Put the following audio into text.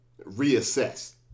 reassess